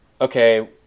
okay